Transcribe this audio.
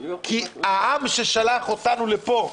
כי העם ששלח אותנו לפה,